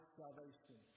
salvation